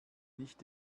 nicht